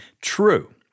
true